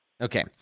Okay